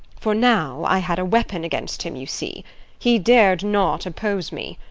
for now i had a weapon against him, you see he dared not oppose me.